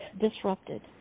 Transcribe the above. disrupted